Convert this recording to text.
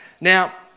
Now